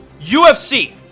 UFC